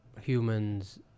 humans